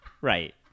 right